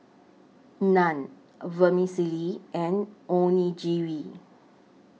Naan Vermicelli and Onigiri